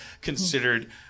considered